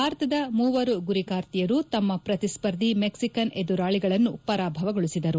ಭಾರತದ ಮೂವರು ಗುರಿಕಾರ್ತಿಯರು ತಮ್ಮ ಪ್ರತಿಸ್ಪರ್ಧಿ ಮೆಕ್ಸಿಕನ್ ಎದುರಾಳಿಗಳನ್ನು ಪರಾಭವಗೊಳಿಸಿದರು